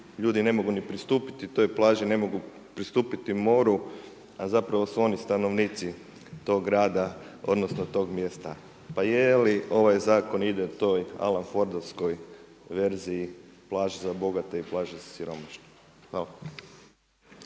ljudi ne mogu pristupiti toj plaži, ne mogu pristupiti moru, a zapravo su oni stanovnici tog grada, odnosno tog mjesta. Pa je li ovaj zakon ide toj Alan Fordovskoj verziji plaže za bogate i plaže za siromašne. Hvala.